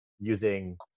using